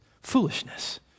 foolishness